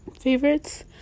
favorites